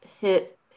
hit